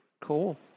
Cool